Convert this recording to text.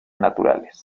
naturales